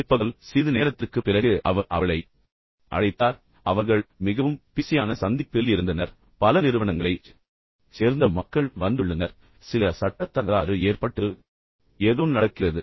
பின்னர் பிற்பகல் சிறிது நேரத்திற்குப் பிறகு அவர் அவளை அழைத்தார் பின்னர் அவர்கள் மிகவும் பிஸியான சந்திப்பில் இருந்தனர் பின்னர் பல நிறுவனங்களைச் சேர்ந்த மக்கள் வந்துள்ளனர் சில சட்ட தகராறு ஏற்பட்டது ஏதோ நடக்கிறது